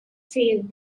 field